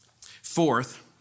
Fourth